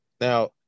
now